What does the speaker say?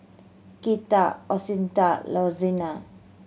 Katia Assunta Lorenz